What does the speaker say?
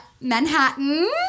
Manhattan